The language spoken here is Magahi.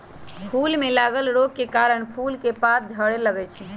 फूल में लागल रोग के कारणे फूल के पात झरे लगैए छइ